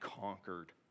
conquered